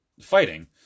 fighting